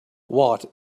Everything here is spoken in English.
watt